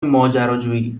ماجراجویی